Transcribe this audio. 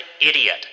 idiot